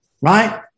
right